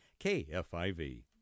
KFIV